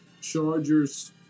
Chargers